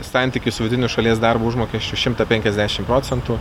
santykį su vidutiniu šalies darbo užmokesčiu šimtą penkiasdešim procentų